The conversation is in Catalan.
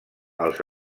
els